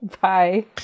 Bye